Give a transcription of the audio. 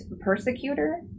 persecutor